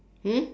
hmm